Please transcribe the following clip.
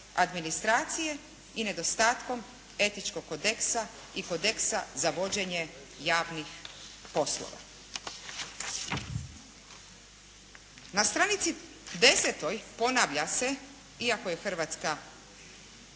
administracije i nedostatkom etičkog kodeksa i kodeksa za vođenje javnih poslova. Na stranici 10. ponavlja se iako je Hrvatska